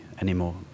anymore